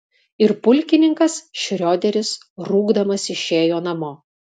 ir pulkininkas šrioderis rūgdamas išėjo namo